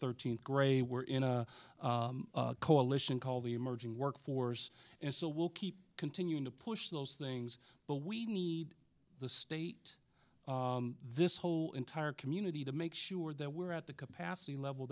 thirteen gray were in a coalition called the emerging workforce and so we'll keep continuing to push those things but we need the state this whole entire community to make sure that we're at the capacity level